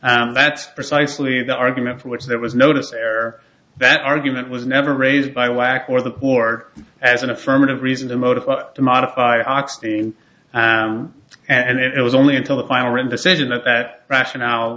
that's precisely the argument for which there was notice there that argument was never raised by whack or the board as an affirmative reason the motive to modify hocking and it was only until the final round decision that that rationale